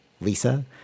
lisa